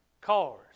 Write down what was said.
cars